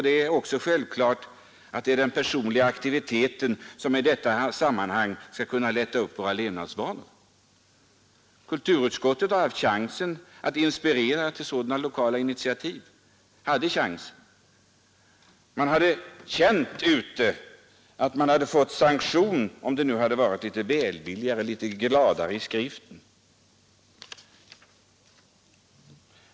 Det är också självklart att det är den personliga aktiviteten som i detta sammanhang skall kunna lätta upp våra levnadsvanor. Kulturutskottet hade här chansen att inspirera till sådana lokala initiativ. Man hade på det lokala planet kanske känt att man fått en viss sanktion om utskottet hade varit litet gladare och välvilligare i sin skrivning.